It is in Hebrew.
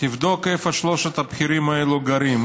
תבדוק איפה שלושת הבכירים האלה גרים,